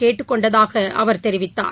கேட்டுக் கொண்டதாக அவர் தெரிவித்தார்